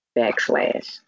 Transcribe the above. backslash